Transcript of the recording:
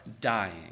dying